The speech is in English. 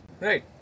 Right